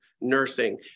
nursing